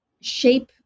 shape